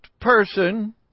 person